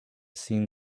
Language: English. seen